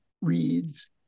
reads